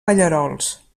pallerols